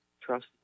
trust